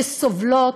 שסובלות,